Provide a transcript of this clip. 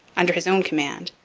under his own command,